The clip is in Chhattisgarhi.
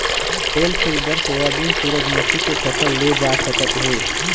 तेल फूल बर सोयाबीन, सूरजमूखी के फसल ले जा सकत हे